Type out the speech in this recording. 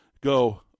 go